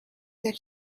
that